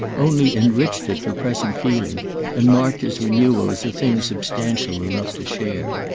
only enriched it for present feeling and marked his renewal as a thing substantial enough to share.